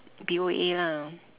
P_O_A lah